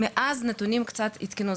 מאז, הנתונים קצת עודכנו.